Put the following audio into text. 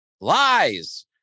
lies